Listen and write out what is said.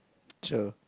cheer